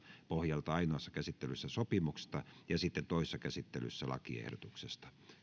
pohjalta ainoassa käsittelyssä sopimuksesta ja sitten toisessa käsittelyssä lakiehdotuksesta